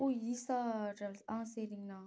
ஓ Isha travels ஆ சரிங்ணா